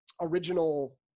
original